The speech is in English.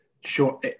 Sure